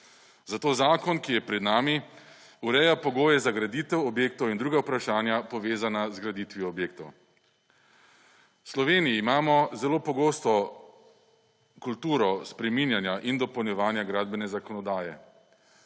zato zakon, ki je pred nami ureja pogoje za graditev objektov in druga vprašanja povezana za graditvijo objektov. V Sloveniji imajo zelo pogosto kulturo spreminjanja in dopolnjevanja gradbene zakonodaje.